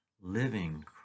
living